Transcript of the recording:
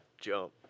jump